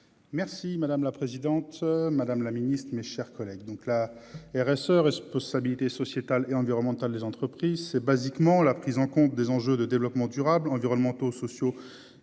Merci madame la présidente. Madame la Ministre, mes chers collègues. Donc là et Racer et ce peu stabilité sociétale et environnementale des entreprises c'est basiquement la prise en compte des enjeux de développement durable environnementaux, sociaux et